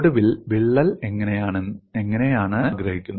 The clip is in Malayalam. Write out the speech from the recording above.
ഒടിവിൽ വിള്ളൽ എങ്ങനെയാണ് പ്രചരിപ്പിക്കുന്നതെന്ന് അറിയാൻ ഞങ്ങൾ ആഗ്രഹിക്കുന്നു